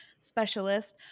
specialist